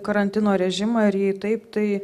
karantino režimą ir jei taip tai